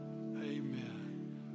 amen